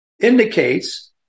indicates